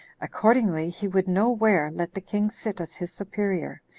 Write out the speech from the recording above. accordingly, he would no where let the king sit as his superior,